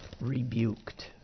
rebuked